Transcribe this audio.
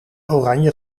oranje